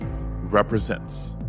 represents